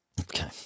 Okay